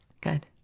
Good